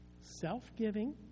Self-giving